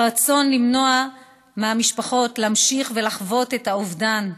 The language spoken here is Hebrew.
הרצון למנוע מהמשפחות להמשיך לחוות את האובדן,